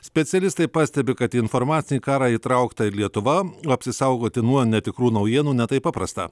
specialistai pastebi kad į informacinį karą įtraukta ir lietuva apsisaugoti nuo netikrų naujienų ne taip paprasta